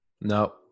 No